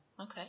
Okay